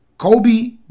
Kobe